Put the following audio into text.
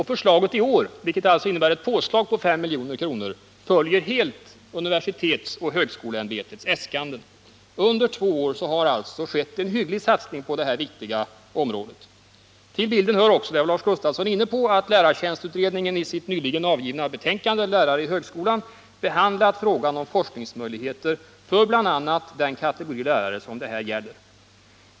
Det förslag som man i år lägger fram -— vilket alltså innebär ett påslag med 5 milj.kr. — följer helt universitetsoch högskoleämbetets äskanden. Under två år har således en hygglig satsning skett på detta viktiga område. Till bilden hör vidare — det var Lars Gustafsson också inne på — att lärartjänstutredningen i sitt nyligen avgivna betänkande, Lärare i högskolan, behandlat frågan om forskningsmöjligheter för bl.a. den kategori lärare som det här gäller.